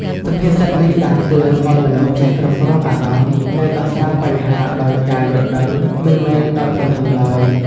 សុភាសិតនេះដាស់តឿនឲ្យមនុស្សចេះគ្រប់គ្រងអារម្មណ៍ និងដោះស្រាយបញ្ហាដោយការយល់ដឹង មិនមែនដោយកំហឹងឡើយ។